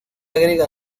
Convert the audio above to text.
agrega